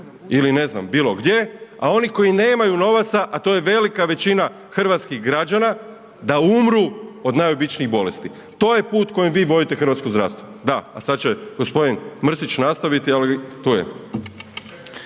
ili ne znam bilo gdje, a oni koji nemaju novaca, a to je velika većina hrvatskih građana da umru od najobičnijih bolesti. To je put kojem vi vodite hrvatsko zdravstvo. Da, a sad će gospodin Mrsić nastaviti, tu je.